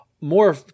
more